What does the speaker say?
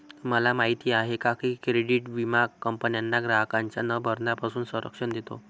तुम्हाला माहिती आहे का की क्रेडिट विमा कंपन्यांना ग्राहकांच्या न भरण्यापासून संरक्षण देतो